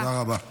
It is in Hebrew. תודה רבה.